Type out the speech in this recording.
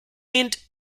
mint